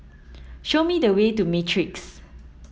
show me the way to Matrix